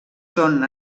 són